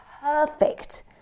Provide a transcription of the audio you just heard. perfect